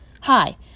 Hi